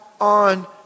on